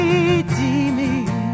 Redeeming